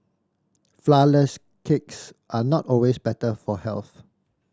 flourless cakes are not always better for health